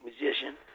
musician